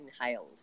inhaled